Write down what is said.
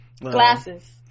Glasses